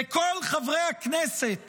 וכל חברי הכנסת